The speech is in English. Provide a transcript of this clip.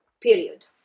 Period